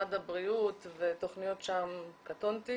משרד הבריאות והתכניות שם קטונתי.